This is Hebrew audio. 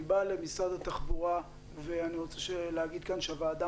אני בא למשרד התחבורה ואני רוצה להגיד כאן שהוועדה